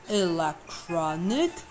electronic